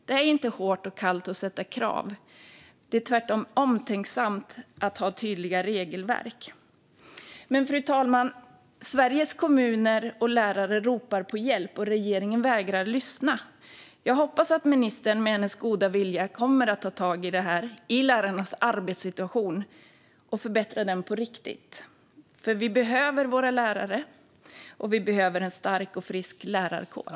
Det är inte hårt och kallt att ställa krav; det är tvärtom omtänksamt att ha tydliga regelverk. Men Sveriges kommuner och lärare ropar på hjälp, fru talman, och regeringen vägrar lyssna. Jag hoppas att ministern med sin goda vilja kommer att ta tag i lärarnas arbetssituation och förbättra den på riktigt. Vi behöver våra lärare, och vi behöver en stark och frisk lärarkår.